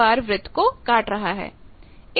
इस प्रकार से इसके दो हल है